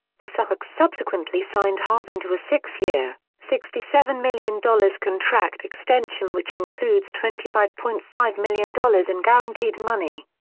the seahawks subsequently signed harvin to a six year, sixty seven million dollars contract extension which includes twenty five point five million dollars in guaranteed money.